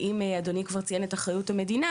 ואם אדוני כבר ציין את אחריות המדינה